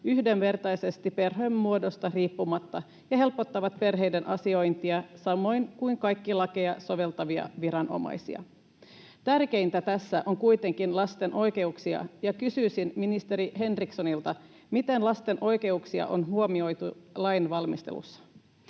yhdenvertaisesti perhemuodosta riippumatta ja helpottavat perheiden asiointia samoin kuin kaikkia lakia soveltavia viranomaisia. Tärkeintä tässä on kuitenkin lasten oikeudet, ja kysyisin ministeri Henrikssonilta, miten lasten oikeuksia on huomioitu lainvalmistelussa.